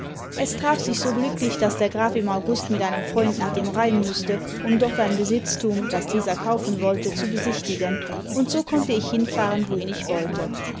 s traf sich so glücklich daß der graf im august mit einem freund nach dem rhein mußte um dort ein besitztum das dieser kaufen wollte zu besichtigen und so konnte ich hinfahren wohin ich wollte